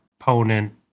opponent